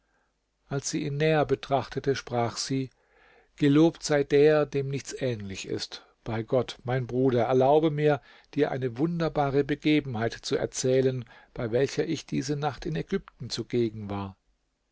als sie ihn näher betrachtete sprach sie gelobt sei der dem nichts ähnlich ist bei gott mein bruder erlaube mir dir eine wunderbare begebenheit zu erzählen bei welcher ich diese nacht in ägypten zugegen war